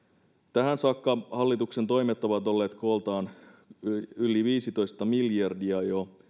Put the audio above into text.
tähän saakka hallituksen toimet ovat olleet kooltaan jo yli viisitoista miljardia